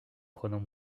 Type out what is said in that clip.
prenant